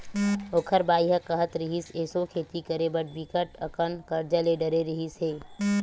ओखर बाई ह काहत रिहिस, एसो खेती करे बर बिकट अकन करजा ले डरे रिहिस हे